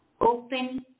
Open